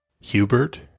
Hubert